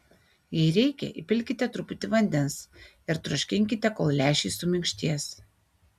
jei reikia įpilkite truputį vandens ir troškinkite kol lęšiai suminkštės